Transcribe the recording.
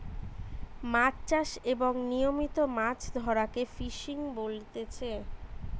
মাছ চাষ এবং নিয়মিত ভাবে মাছ ধরাকে ফিসিং বলতিচ্ছে